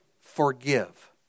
forgive